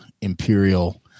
imperial